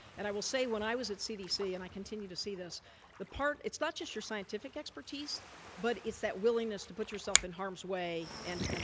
and i will say when i was at cdc and i continue to see this the part, it's not just your scientific expertise but it's that willingness to put yourself in harms way and and,